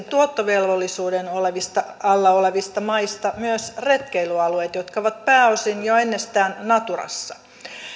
tuottovelvollisuuden alla olevista maista myös retkeilyalueet jotka ovat pääosin jo ennestään naturassa